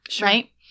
right